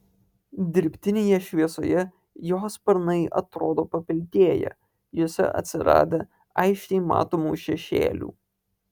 dirbtinėje šviesoje jo sparnai atrodo papilkėję juose atsiradę aiškiai matomų šešėlių